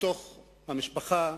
בתוך המשפחה,